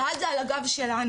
ואז זה על הגב שלנו.